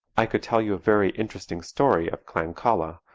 i could tell you a very interesting story of clan calla,